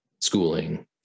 schooling